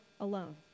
alone